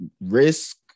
risk